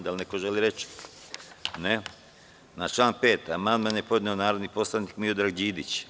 Da li neko želi reč? (Ne) Na član 5. amandman je podneo narodni poslanik Miodrag Đidić.